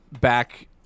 back